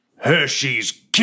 hershey's